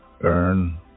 earn